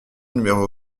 numéro